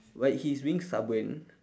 but he's being stubborn